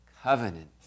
covenant